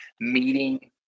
meeting